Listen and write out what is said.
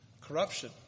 corruption